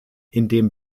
indem